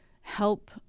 help